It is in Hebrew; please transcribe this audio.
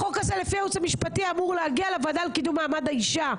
החוק הזה לפי הייעוץ המשפטי אמור להגיע לוועדה לקידום מעמד האישה,